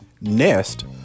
nest